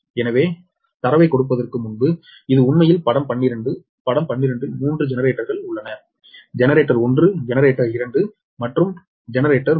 எனவே தரவைக் கொடுப்பதற்கு முன்பு இது உண்மையில் படம் 12 படம் 12 ல் மூன்று ஜெனரேட்டர்கள் உள்ளன ஜெனரேட்டர் 1 ஜெனரேட்டர் 2 மற்றும் ஜெனரேட்டர் 3